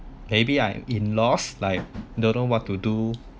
maybe I'm in lost like don't know what to do